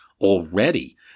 already